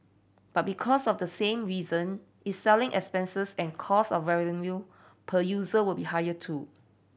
but because of the same reason its selling expenses and cost of revenue per user will be higher too